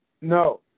No